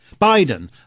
Biden